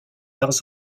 arts